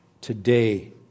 today